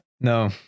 No